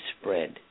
spread